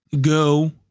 go